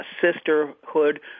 Sisterhood